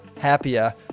Happier